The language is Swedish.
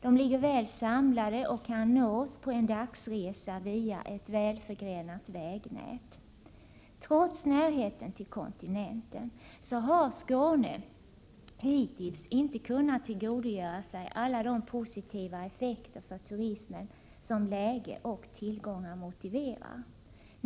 De ligger väl samlade och kan nås på en dags resa via ett välförgrenat vägnät. Trots närheten till kontinenten har Skåne hittills inte kunnat tillgodogöra sig alla de positiva effekter av turismen som läge och tillgångar motiverar.